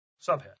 Subhead